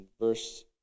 Verse